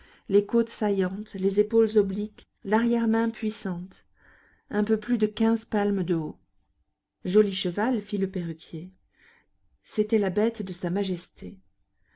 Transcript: les côtes saillantes les épaules obliques larrière main puissante un peu plus de quinze palmes de haut joli cheval fit le perruquier c'était la bête de sa majesté